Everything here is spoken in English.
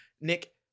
Nick